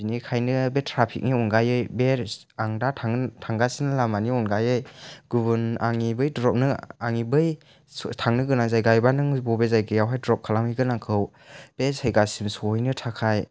बेनिखायनो बे ट्राफिकनि अनगायै बे आं दा थांगोन थांगासिनो लामानि अनगायै गुबुन आंनि बै द्रपनो आंनि बै थांनो गोनां जायगा एबा नों बबे जायगायावहाय द्रप खालामहैगोन आंखौ बे जायगासिम सहैनो थाखाय